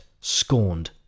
scorned